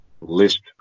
list